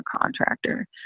contractor